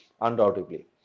undoubtedly